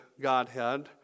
Godhead